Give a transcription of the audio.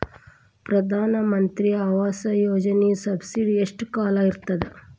ಪ್ರಧಾನ ಮಂತ್ರಿ ಆವಾಸ್ ಯೋಜನಿ ಸಬ್ಸಿಡಿ ಎಷ್ಟ ಕಾಲ ಇರ್ತದ?